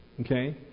Okay